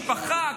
משפחה,